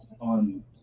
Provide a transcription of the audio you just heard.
on